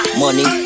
money